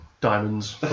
diamonds